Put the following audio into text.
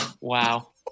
Wow